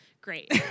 Great